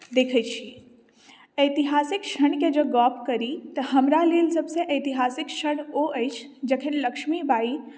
देखैत छी ऐतिहासिक क्षणके जँ गप्प करी तऽ हमरा लेल सभसँ ऐतिहासिक क्षण ओ अछि जखन लक्ष्मीबाई